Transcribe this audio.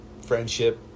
friendship